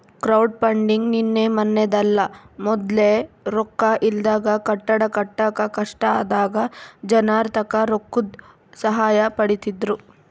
crowdfunding ನಿನ್ನೆ ಮನ್ನೆದಲ್ಲ, ಮೊದ್ಲು ರೊಕ್ಕ ಇಲ್ದಾಗ ಕಟ್ಟಡ ಕಟ್ಟಾಕ ಕಷ್ಟ ಆದಾಗ ಜನರ್ತಾಕ ರೊಕ್ಕುದ್ ಸಹಾಯ ಪಡೀತಿದ್ರು